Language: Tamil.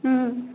ம்